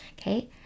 Okay